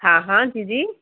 हा हा जी जी